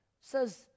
says